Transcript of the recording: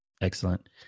excellent